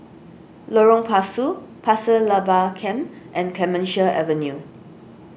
Lorong Pasu Pasir Laba Camp and Clemenceau Avenue